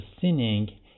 sinning